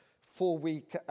four-week